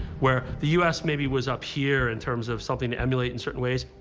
where the u s. maybe was up here in terms of something to emulate in certain ways,